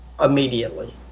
Immediately